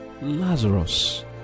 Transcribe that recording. Lazarus